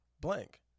blank